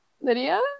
Lydia